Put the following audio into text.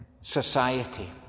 society